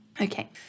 okay